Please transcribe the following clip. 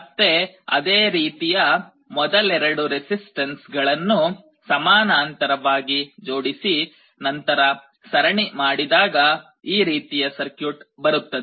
ಮತ್ತೆ ಅದೇ ರೀತಿ ಮೊದಲೆರಡು ರೆಸಿಸ್ಟನ್ಸ್ ಗಳನ್ನು ಸಮಾನಾಂತರವಾಗಿ ಜೋಡಿಸಿ ನಂತರ ಸರಣಿ ಮಾಡಿದಾಗ ಈ ರೀತಿಯ ಸರ್ಕ್ಯೂಟ್ ಬರುತ್ತದೆ